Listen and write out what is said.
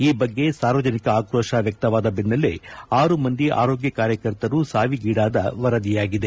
ಈ ಬಗ್ಗೆ ಸಾರ್ವಜನಿಕ ಆಕ್ರೋಶ ವ್ಯಕ್ತವಾದ ಬೆನ್ನಲ್ಲೆ ಆರು ಮಂದಿ ಆರೋಗ್ಯ ಕಾರ್ಯಕರ್ತರು ಸಾವಿಗೀಡಾದ ವರದಿಯಾಗಿದೆ